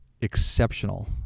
exceptional